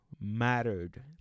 mattered